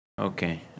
Okay